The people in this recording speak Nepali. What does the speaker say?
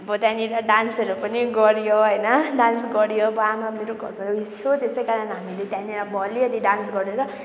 अब त्यहाँनिर डान्सहरू पनि गर्यौँ होइन डान्स गर्यौँ अब आमा मेरो घरमा उयो थियो त्यसै कारण अब हामीले त्यहाँनिर अलिअलि डान्स गरेर